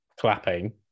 clapping